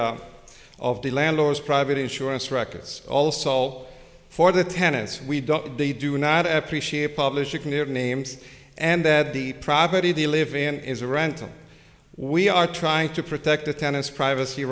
the of the landlords private insurance records also for the tenants we don't know they do not appreciate publishing their names and that the property they live in is a rental we are trying to protect the tenants privacy